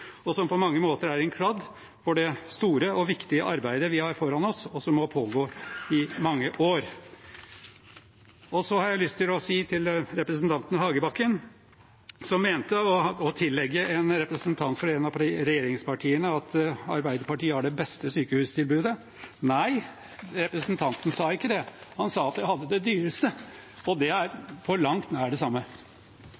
og som på mange måter er en kladd for det store og viktige arbeidet vi har foran oss, og som må pågå i mange år. Jeg har lyst til å si til representanten Hagebakken, som mente å tillegge en representant fra et av regjeringspartiene at Arbeiderpartiet har det beste sykehustilbudet. Nei, representanten sa ikke det. Han sa at de hadde det dyreste. Det er